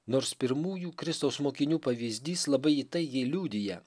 nors pirmųjų kristaus mokinių pavyzdys labai įtaigiai liudija